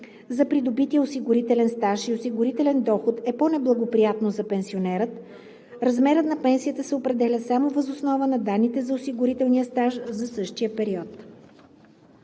за придобития осигурителен стаж и осигурителен доход е по-неблагоприятно за пенсионера, размерът на пенсията се определя само въз основа на данните за осигурителния стаж за същия период.